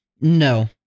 No